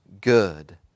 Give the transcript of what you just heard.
good